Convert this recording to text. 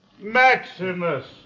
Maximus